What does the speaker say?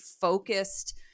focused